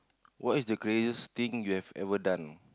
what is the craziest thing you have ever done